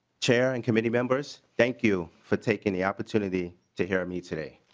chair and committee members thank you for taking the opportunity to hear me today.